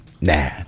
nah